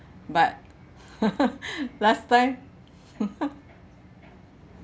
but last time